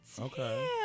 Okay